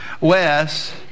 Wes